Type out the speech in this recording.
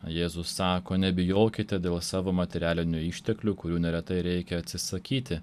jėzus sako nebijokite dėl savo materialinių išteklių kurių neretai reikia atsisakyti